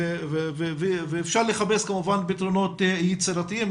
ואפשר לחפש כמובן פתרונות יצירתיים,